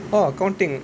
orh accounting